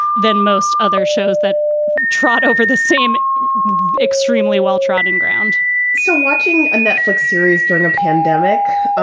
then most other shows that trot over the same extremely well-trodden ground so watching a netflix series during a pandemic,